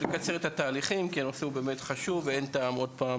יקצר את התהליכים כי הנושא הוא באמת חשוב ואין טעם עוד פעם